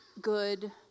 good